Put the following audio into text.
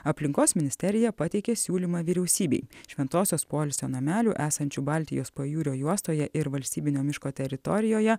aplinkos ministerija pateikė siūlymą vyriausybei šventosios poilsio namelių esančių baltijos pajūrio juostoje ir valstybinio miško teritorijoje